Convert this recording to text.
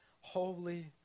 holy